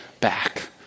back